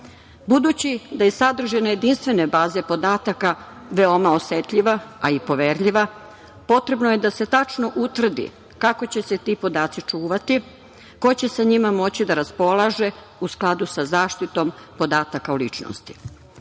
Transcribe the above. Budući da je sadržina jedinstvene baze podataka veoma osetljiva, a i poverljiva, potrebno je da se tačno utvrdi kako će se ti podaci čuvati, ko će sa njima moći da raspolaže u skladu sa zaštitom podataka o ličnosti. Takva